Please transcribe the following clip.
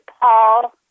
Paul